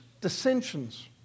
dissensions